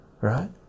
right